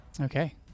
Okay